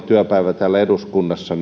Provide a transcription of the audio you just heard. työpäivänä täällä eduskunnassa